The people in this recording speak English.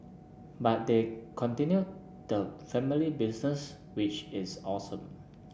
but they've continued the family business which is awesome